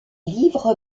livres